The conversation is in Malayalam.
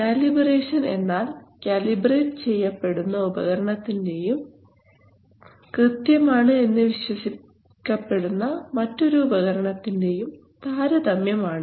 കാലിബറേഷൻ എന്നാൽ കാലിബറേറ്റ് ചെയ്യപ്പെടുന്ന ഉപകരണത്തിന്റെയും കൃത്യമാണ് എന്ന് വിശ്വസിക്കപ്പെടുന്ന മറ്റൊരു ഉപകരണത്തിന്റെയും താരതമ്യം ആണ്